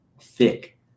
thick